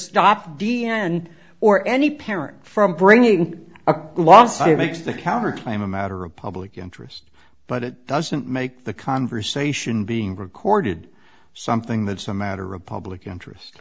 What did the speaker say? stop d n or any parent from bringing a lawsuit makes the counterclaim a matter of public interest but it doesn't make the conversation being recorded something that's a matter of public interest